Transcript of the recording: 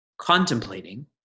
contemplating